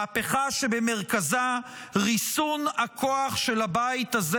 מהפכה שבמרכזה ריסון הכוח של הבית הזה